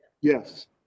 Yes